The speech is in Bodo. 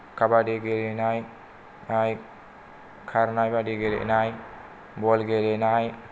काबादि गेलेनाय आइ खारनाय बायदि गेलेनाय बल गेलेनाय